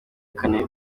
kane